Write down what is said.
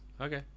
Okay